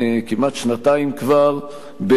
כמעט שנתיים כבר,